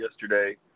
yesterday